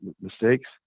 mistakes